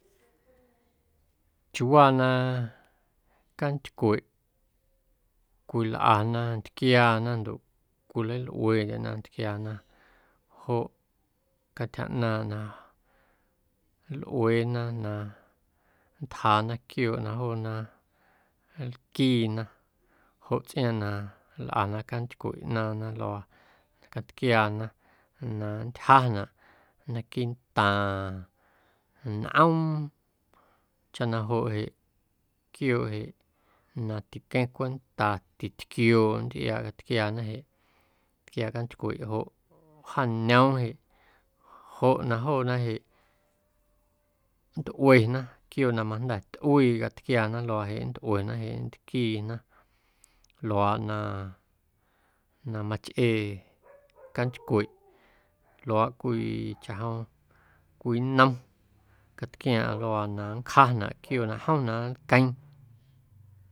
Chiuuwaa na cantycweꞌ cwilꞌana ntquiaana ndoꞌ cwilalꞌueeꞌndyena ntquiaana joꞌ cantyja ꞌnaaⁿꞌ na nlꞌueena na nntjaana quiooꞌ na joona nlquiina joꞌ tsꞌiaaⁿꞌ na nlꞌana cantycweꞌ ꞌnaaⁿna luaa catquiaana na nntyjanaꞌ naquiiꞌntaaⁿ nꞌoom chaꞌ na joꞌ jeꞌ quiooꞌ jeꞌ na tiqueⁿ cwenta titquiooꞌ nntꞌiaaꞌ catquiaana jeꞌ tquiaaꞌ cantycweꞌ joꞌ wjaañoom jeꞌ joꞌ na joona jeꞌ nntꞌuena quiooꞌ na majnda̱ tꞌuii catquiaana luaaꞌ jeꞌ nntꞌuena jeꞌ ntquiina luaaꞌ na machꞌee cantycweꞌ luaaꞌ cwii chaꞌjom cwii nnom catquiaaⁿꞌaⁿ luaaꞌ na nncjanaꞌ quiooꞌ na jom na lqueeⁿ.